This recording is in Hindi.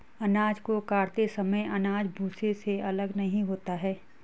अनाज को काटते समय अनाज भूसे से अलग नहीं होता है